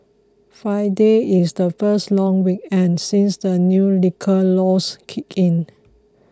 Friday is the first long weekend since the new liquor laws kicked in